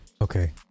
okay